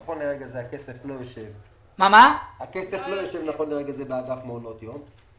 נכון לרגע זה הכסף לא יושב באגף מעונות יום.